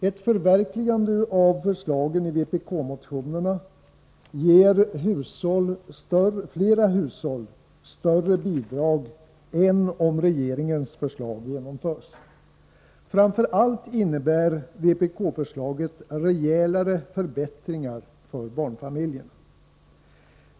Ett förverkligande av förslagen i vpk-motionerna ger fler hushåll större bidrag än om regeringens förslag genomförs. Framför allt innebär vpkförslaget rejälare förbättringar för barnfamiljerna.